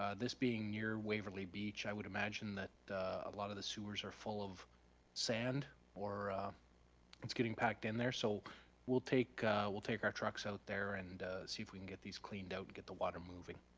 this being near waverly beach, i would imagine that a lot of the sewers are full of sand or it's getting packed in there. so we'll take we'll take our trucks out there and see if we can get these cleaned out, get the water moving.